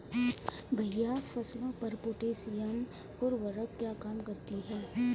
भैया फसलों पर पोटैशियम उर्वरक क्या काम करती है?